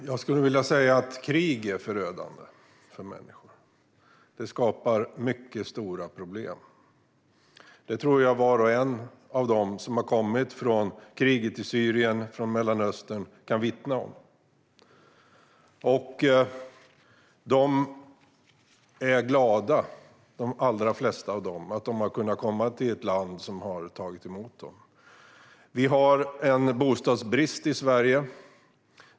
Herr talman! Jag skulle vilja säga att krig är förödande för människor och skapar mycket stora problem. Det tror jag att var och en av dem som har kommit från kriget i Syrien och från Mellanöstern kan vittna om. De allra flesta av dem är glada över att ha kunnat komma till ett land som har tagit emot dem. Vi har bostadsbrist i Sverige.